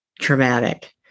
traumatic